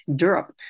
Europe